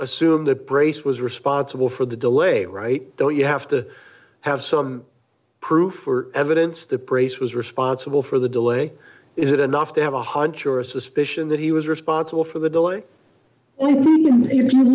assume that brace was responsible for the delay right though you have to have some proof or evidence that brace was responsible for the delay is it enough to have a hunch or a suspicion that he was responsible for the delay